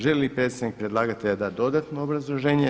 Želi li predstavnik predlagatelja dati dodatno obrazloženje?